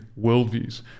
worldviews